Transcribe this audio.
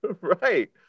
Right